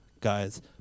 guys